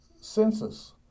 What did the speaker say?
census